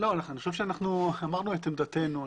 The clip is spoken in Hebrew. אמרנו את דעתנו.